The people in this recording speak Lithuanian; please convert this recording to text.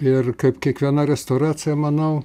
ir kaip kiekviena restauracija manau